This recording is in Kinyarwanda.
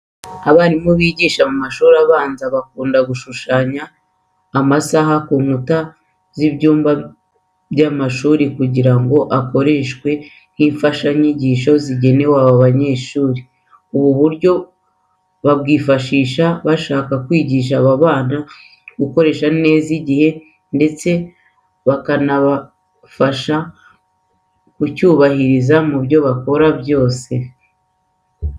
Abarimu bigisha mu mashuri abanza bakunda gushushanya amasaha ku nkuta z'ibyumba by'amashuri kugira ngo akoreshwe nk'imfashanyigisho zigenewe aba banyeshuri. Ubu buryo babwifashisha bashaka kwigisha aba bana gukoresha igihe neza ndetse bakanabasha kucyubahiriza mu byo bakora byose.